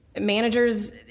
managers